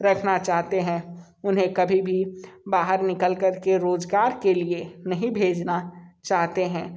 रखना चाहते हैं उन्हें कभी भी बाहर निकल कर के रोज़गार के लिए नहीं भेजना चाहते हैं